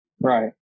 right